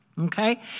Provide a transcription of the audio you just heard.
Okay